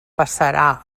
passarà